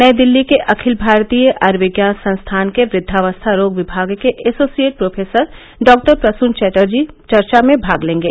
नई दिल्ली के अखिल भारतीय आयुर्विज्ञान संस्थान के वृद्वावस्था रोग विभाग के associate professor doctor Prasun Chatterjee चर्चा में भाग लेंगे